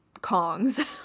Kongs